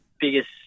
biggest